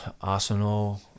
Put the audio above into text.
Arsenal